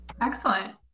Excellent